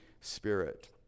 Spirit